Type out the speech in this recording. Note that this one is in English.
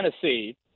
Tennessee